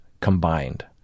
combined